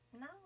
No